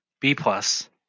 B-plus